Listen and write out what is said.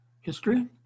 History